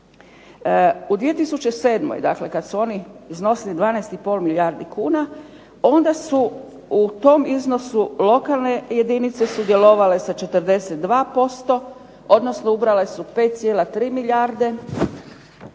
U 2007. dakle kada su oni iznosili 12,5 milijardi kuna, onda su u tom iznosu lokalne jedinice sudjelovale sa 42%, odnosno ubrala su 5,3 milijarde, a